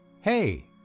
Hey